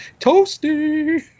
Toasty